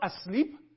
asleep